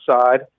side